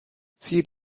ziel